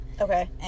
Okay